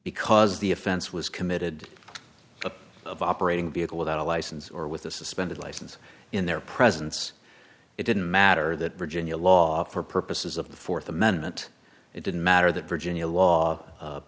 because the offense was committed of operating a vehicle without a license or with a suspended license in their presence it didn't matter that virginia law for purposes of the th amendment it didn't matter that virginia law